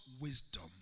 wisdom